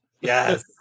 Yes